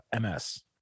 MS